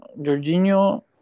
Jorginho